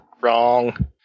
Wrong